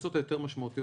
הקבוצות היותר משמעותיות,